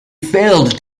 failed